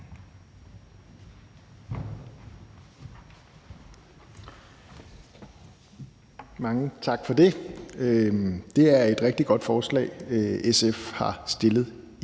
Mange tak for det. Det er et rigtig godt forslag, SF har fremsat igen